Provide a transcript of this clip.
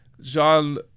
Jean